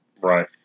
Right